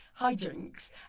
hijinks